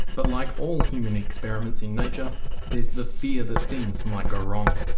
but like all human experiments in nature there's the fear that things might go wrong.